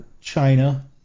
china